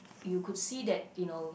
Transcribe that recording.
you could see that you know